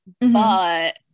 but-